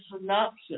synopsis